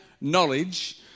knowledge